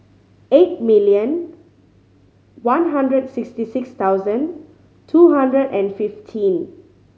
eight million one hundred sixty six thousand two hundred and fifteen